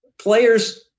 players